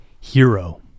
hero